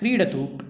क्रीडतु